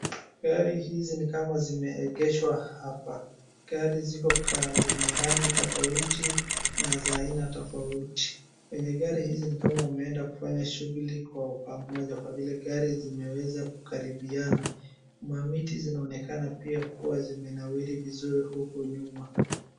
Gari hizi ni kama zimeegeshwa hapa. Gari ziko zenye rangi tofauti na za aina tofauti. Wenye gari hizi ni kama wameenda kufanya shughuli kwa pamoja kwa vile gari zimeweza kukaribiana. Mamiti zinaonekana pia kuwa zimenawiri vizuri huku nyuma.